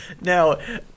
now